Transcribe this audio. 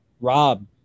Rob